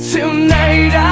Tonight